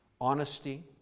honesty